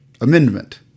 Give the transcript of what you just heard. amendment